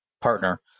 partner